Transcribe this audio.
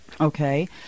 Okay